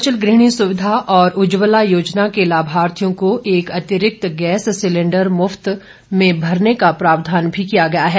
हिमाचल गृहणी सुविधा उज्जवला योजना के लाभार्थियों को एक अतिरिक्त गैस सिलेंडर मुफ़त में भरने का प्रावधान भी किया गया है